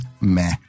meh